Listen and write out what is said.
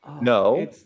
No